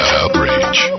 outrage